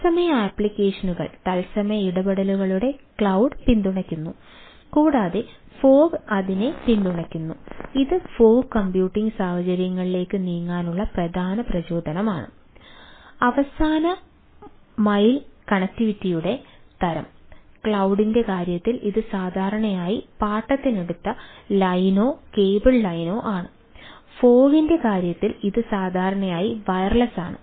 തത്സമയ അപ്ലിക്കേഷനുകൾ പ്രക്രിയകളാണ്